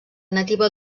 nativa